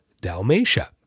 Dalmatia